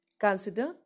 Consider